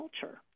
culture